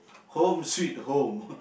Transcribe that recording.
home sweet home